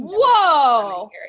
Whoa